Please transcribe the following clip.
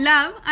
Love